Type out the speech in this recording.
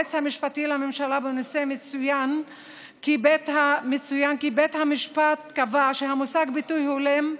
היועץ המשפטי לממשלה בנושא מצוין כי בית המשפט קבע שהמושג "ביטוי הולם"